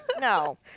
No